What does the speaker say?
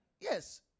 yes